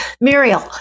Muriel